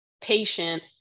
patient